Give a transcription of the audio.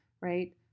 right